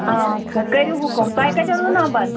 آچھا کٔرِو حُکُم تۄہہِ کَتہِ اوٚنوُ نمبر